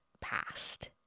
past